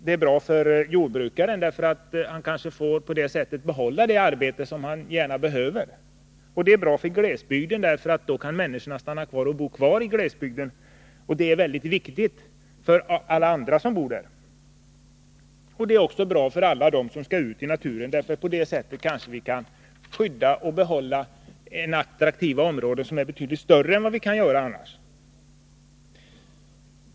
Det är bra för jordbrukaren, därför att jordbrukarenskogsbrukaren på det sättet kanske får behålla det arbete han behöver. Det är bra för glesbygden, för då kan människorna stanna och bo kvar i glesbygden. Det är väldigt viktigt för alla andra som bor där. Det är också bra för alla dem som skall ut i naturen, för på det sättet kan vi kanske skydda och behålla ett betydligt större attraktivt område än vad vi annars kunde göra.